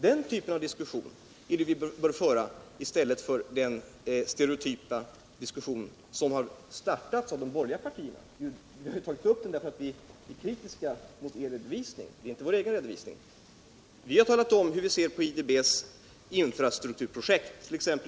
Den svenska riksdagen bör diskutera sådana saker i stället för att föra den stereotypa diskussion som har startats av de borgerliga partierna och som vi har tagit upp därför att vi är kritiska mot er redovisning. Vi har talat om hur vi ser på IDB:s infrastrukturprojekt,t.ex.